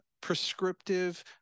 prescriptive